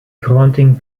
granting